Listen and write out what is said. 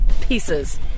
pieces